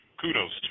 kudos